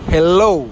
Hello